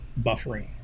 buffering